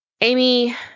Amy